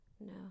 No